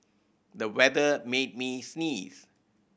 the weather made me sneeze